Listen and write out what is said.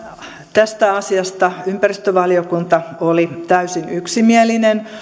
tästä asiasta ympäristövaliokunta oli täysin yksimielinen